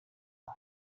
var